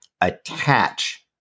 attach